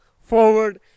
forward